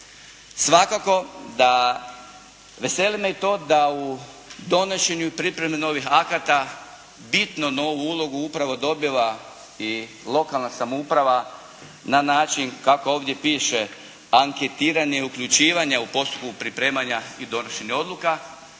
Svakako da, veseli me i to da u donošenju i pripremi novih akata bitno novu ulogu je upravo dobila i lokalna samouprava na način kako ovdje piše. Anketiranje uključivanja u postupku pripremanja i donošenja odluka.